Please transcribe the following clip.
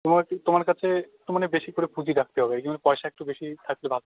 তোমার কী তোমার কাছে তো মানে বেশি করে পুঁজি রাখতে হবে এই জন্য পয়সা একটু বেশি থাকলে ভালো